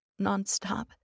nonstop